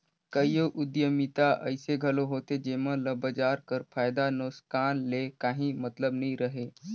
कइयो उद्यमिता अइसे घलो होथे जेमन ल बजार कर फयदा नोसकान ले काहीं मतलब नी रहें